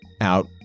out